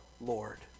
Lord